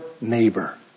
neighbor